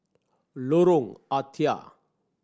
Lorong Ah Thia